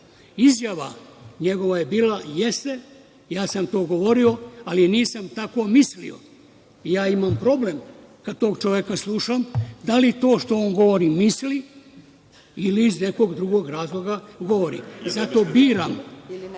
izjava je bila – jeste, ja sam to govorio, ali nisam tako mislio. Imam problem kada tog čoveka slušam, da li to što on govori misli ili iz nekog drugog razloga govori. Zato